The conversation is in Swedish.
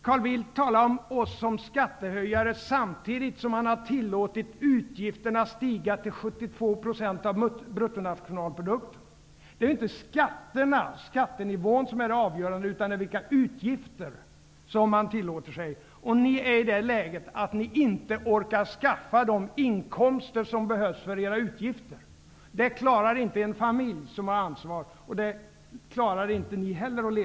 Carl Bildt talar om oss som skattehöjare samtidigt som han har tillåtit utgifterna att stiga till 72 % av bruttonationalprodukten. Det är inte skatterna och skattenivån som är det avgörande, utan vilka utgifter som man tillåter sig. Ni är i det läget att ni inte orkar skaffa de inkomster som behövs för att täcka era utgifter. Det klarar inte en familj med ansvar att leva med, och det klarar inte ni heller.